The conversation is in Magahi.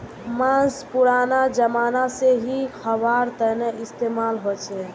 माँस पुरना ज़माना से ही ख्वार तने इस्तेमाल होचे